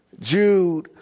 Jude